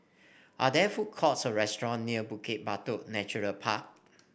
are there food courts or restaurant near Bukit Batok Nature Park